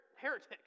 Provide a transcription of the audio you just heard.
heretics